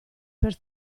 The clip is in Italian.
per